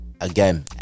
again